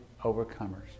overcomers